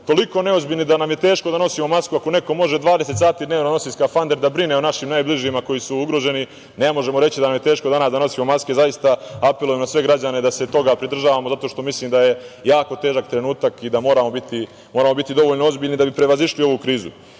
toliko neozbiljni da nam je teško da nosimo masku. Ako neko može 20 sati dnevno da nosi skafander, da brine o našim najbližima koji su ugroženi, ne možemo reći da nam je teško da danas nosimo maske. Zaista, apelujem na sve građane da se toga pridržavamo, zato što mislim da je jako težak trenutak i da moramo biti dovoljno ozbiljni da bi prevazišli ovu krizu. Mi